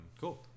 cool